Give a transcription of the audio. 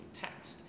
text